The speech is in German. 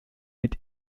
mit